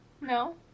No